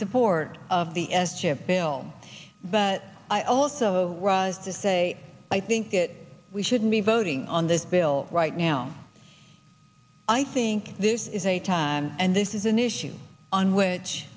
support of the s chip bill but i also to say i think that we shouldn't be voting on this bill right now i think this is a time and this is an issue on which